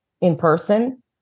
in-person